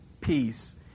peace